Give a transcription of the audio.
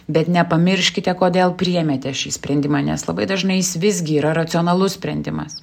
bet nepamirškite kodėl priėmėte šį sprendimą nes labai dažnai jis visgi yra racionalus sprendimas